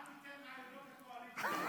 אל תיתן רעיונות לקואליציה.